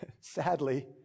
sadly